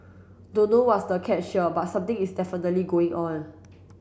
don't know what's the catch here but something is definitely going on